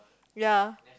ya